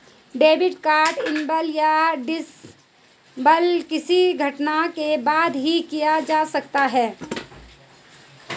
debit card enable या disable किसी घटना के बाद ही किया जा सकता है